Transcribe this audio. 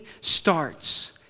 starts